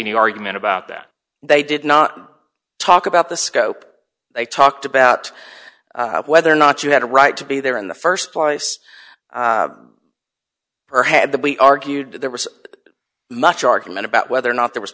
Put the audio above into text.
any argument about that they did not talk about the scope they talked about whether or not you had a right to be there in the st place her head that we argued that there was much argument about whether or not there was